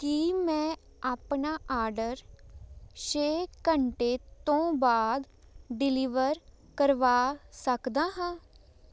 ਕੀ ਮੈਂ ਆਪਣਾ ਆਰਡਰ ਛੇ ਘੰਟੇ ਤੋਂ ਬਾਅਦ ਡਿਲੀਵਰ ਕਰਵਾ ਸਕਦਾ ਹਾਂ